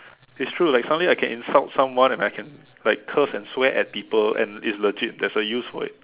it's true like finally I can insult someone and I can like curse and swear at people and it's legit that's a use for it